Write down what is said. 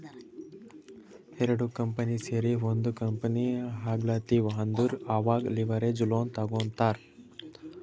ಎರಡು ಕಂಪನಿ ಸೇರಿ ಒಂದ್ ಕಂಪನಿ ಆಗ್ಲತಿವ್ ಅಂದುರ್ ಅವಾಗ್ ಲಿವರೇಜ್ ಲೋನ್ ತಗೋತ್ತಾರ್